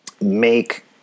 make